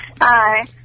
Hi